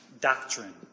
doctrine